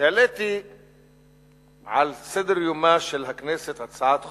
העליתי על סדר-יומה של הכנסת הצעת חוק-יסוד: